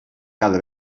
cada